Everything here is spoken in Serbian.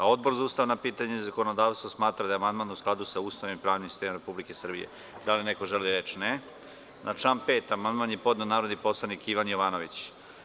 Odbor za ustavna pitanja i zakonodavstvo smatra da je amandman u skladu sa Ustavom i pravnim sistemom Republike Srbije Da li neko želi reč? (Ne) Na član 5. amandman je podneo narodni poslanik Ivan Jovanović.